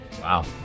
Wow